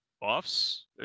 buffs